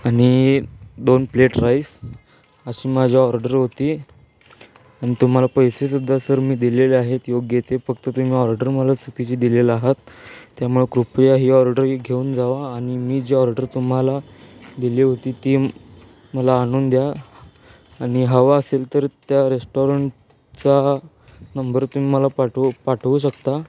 आणि दोन plate rice अशी माझी ऑर्डर होती आणि तुम्हाला पैसेसुद्धा सर मी दिलेले आहेत योग्य ते फक्त तुम्ही ऑर्डर मला चुकीची दिलेला आहात त्यामुळे कृपया ही ऑर्डर घेऊन जावा आणि मी जी ऑर्डर तुम्हाला दिली होती ती मला आणून द्या आणि हवा असेल तर त्या रेस्टॉरंटचा नंबर तुम्ही मला पाठवू पाठवू शकता